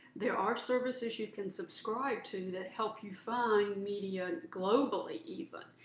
there are services you can subscribe to that help you find media, globally even. but